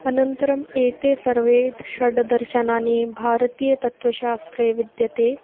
अनन्तरम् एते सर्वे षड्दर्शनानि भारतीय तत्त्वशास्त्रे विद्यन्ते